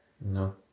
No